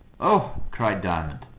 oh! cried diamond,